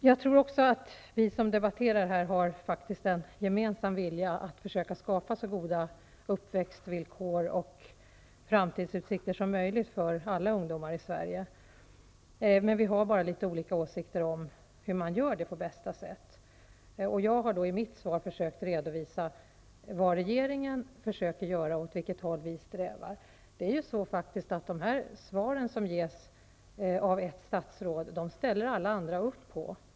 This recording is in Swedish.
Jag tror också att vi som debatterar här faktiskt har en gemensam vilja att försöka skapa så goda uppväxtvillkor och framtidsutsikter som möjligt för alla ungdomar i Sverige, vi har bara litet olika åsikter om hur man på bästa sätt åstadkommer detta. I mitt svar har jag försökt redovisa vad regeringen försöker göra och åt vilket håll vi i regeringen strävar. Det är faktiskt på det sättet att svar som lämnas av statsråd ställer alla andra upp på.